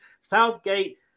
Southgate